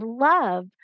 love